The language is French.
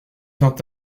vint